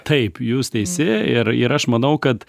taip jūs teisi ir ir aš manau kad